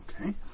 Okay